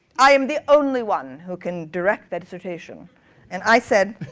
i am the only one who can direct that dissertation and i said,